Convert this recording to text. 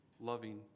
loving